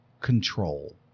control